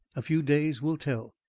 a few days will tell.